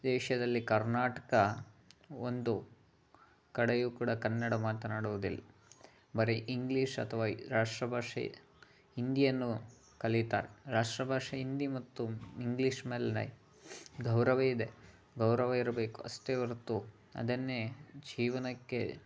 ದೇಶದಲ್ಲಿ ಕರ್ನಾಟಕ ಒಂದು ಕಡೆಯೂ ಕೂಡ ಕನ್ನಡ ಮಾತನಾಡುವುದಿಲ್ಲ ಬರೀ ಇಂಗ್ಲೀಷ್ ಅಥವಾ ರಾಷ್ಟ್ರಭಾಷೆ ಹಿಂದಿಯನ್ನು ಕಲೀತಾರೆ ರಾಷ್ಟ್ರಭಾಷೆ ಹಿಂದಿ ಮತ್ತು ಇಂಗ್ಲೀಷ್ ಮೇಲೆ ಗೌರವ ಇದೆ ಗೌರವ ಇರಬೇಕು ಅಷ್ಟೆ ಹೊರತು ಅದನ್ನೇ ಜೀವನಕ್ಕೆ